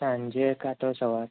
સાંજે કાં તો સવારે